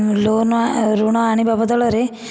loan ଋଣ ଆଣିବା ବଦଳରେ